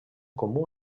comú